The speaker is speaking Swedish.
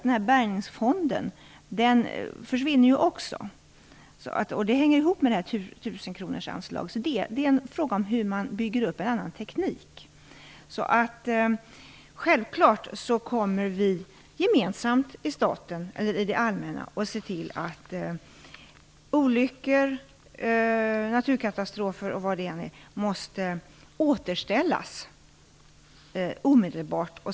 Den här bärgningsfonden försvinner ju också. Det hänger ihop med tusenkronorsanslaget. Det är fråga om hur man bygger upp en annan teknik. Självfallet kommer vi gemensamt inom det allmänna att se till att man vid olyckor, naturkatastrofer och vad det vara månde måste återställa omedelbart.